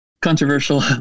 controversial